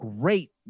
great